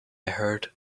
heard